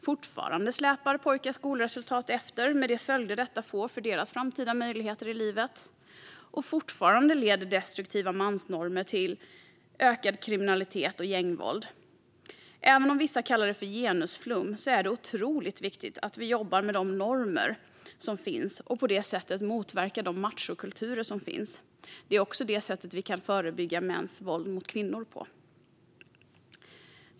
Fortfarande släpar pojkars skolresultat efter, med de följder detta får för deras framtida möjligheter i livet, och fortfarande leder destruktiva mansnormer till ökad kriminalitet och gängvåld. Även om vissa kallar det genusflum är det otroligt viktigt att vi jobbar med de normer som finns och på det sättet motverkar de machokulturer som finns. Det är också på detta sätt vi kan förebygga mäns våld mot kvinnor.